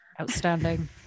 Outstanding